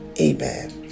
Amen